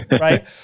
Right